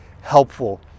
helpful